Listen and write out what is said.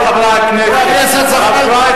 חבר הכנסת זחאלקה.